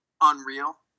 unreal